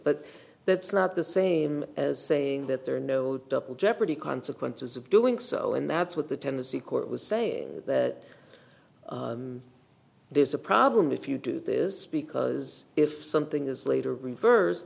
but that's not the same as saying that there are no double jeopardy consequences of doing so and that's what the tennessee court was saying that there's a problem if you do this because if something is later reverse